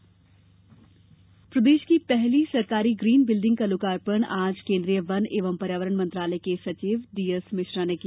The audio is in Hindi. ई कचरा प्रदेश की पहली सरकारी ग्रीन बिल्डिंग का लोकार्पण आज केन्द्रीय वन एवं पर्यावरण मंत्रालय के सचिव डी एस मिश्रा ने किया